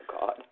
God